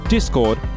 Discord